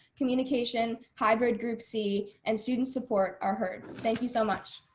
communication, hybrid group c and student support are heard. thank you so much.